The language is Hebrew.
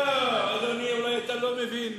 לא, אדוני, אולי אתה לא מבין,